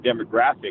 demographic